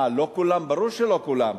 אה, לא כולם, ברור שלא כולם.